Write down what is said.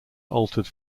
altered